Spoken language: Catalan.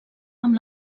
amb